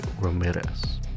Ramirez